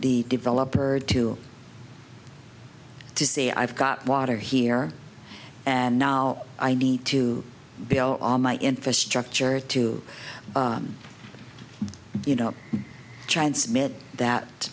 the developer or two to say i've got water here and now i need to bill all my infrastructure to you know transmit that